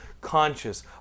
conscious